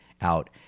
out